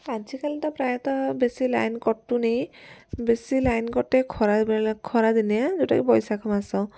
ଆଜିକାଲି ତ ପ୍ରାୟତଃ ବେଶି ଲାଇନ କଟୁନି ବେଶି ଲାଇନ କଟେ ଖରାବେଳେ ଖରାଦିନିଆ ଯେଉଁଟାକି ବୈଶାଖ ମାସ